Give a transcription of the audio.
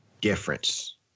difference